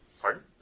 Pardon